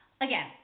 again